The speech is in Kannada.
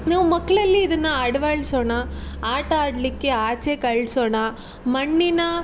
ನಾವು ಮಕ್ಕಳಲ್ಲಿ ಇದನ್ನು ಅಳ್ವಡ್ಸೋಣ ಆಟ ಆಡಲಿಕ್ಕೆ ಆಚೆ ಕಳಿಸೋಣ ಮಣ್ಣಿನ